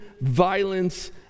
violence